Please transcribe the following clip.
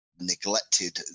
neglected